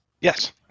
Yes